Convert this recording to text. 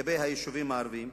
ליישובים הערביים,